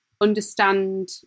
understand